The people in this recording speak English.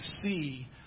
see